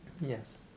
yes